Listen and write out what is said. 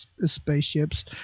spaceships